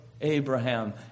Abraham